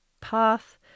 path